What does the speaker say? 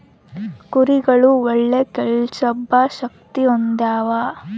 ಕುರಿಗುಳು ಒಳ್ಳೆ ಕೇಳ್ಸೆಂಬ ಶಕ್ತಿ ಹೊಂದ್ಯಾವ